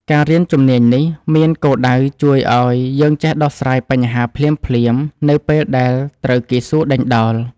ការរៀនជំនាញនេះមានគោលដៅជួយឱ្យយើងចេះដោះស្រាយបញ្ហាភ្លាមៗ នៅពេលដែលត្រូវគេសួរដេញដោល។